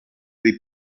dei